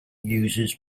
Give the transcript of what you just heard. uses